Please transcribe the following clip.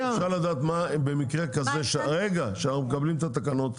אפשר לדעת במקרה כזה שאנחנו מקבלים את התקנות,